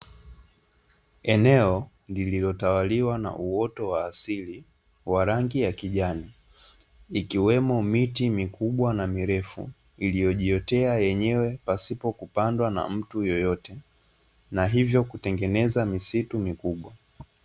Eneo lililotawaliwa na uoto wa asili wa rangi ya kijani ikiwemo miti mikubwa na mirefu iliyojiotea yenyewe pasipo kupandwa na mtu yoyote na hivyo kutengeneza misitu mikubwa.